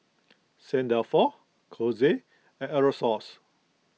Saint Dalfour Kose and Aerosoles